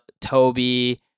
Toby